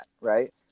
right